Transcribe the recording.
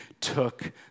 took